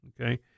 okay